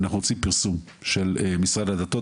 אנחנו רוצים פרסום של משרד הדתות.